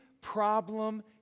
problem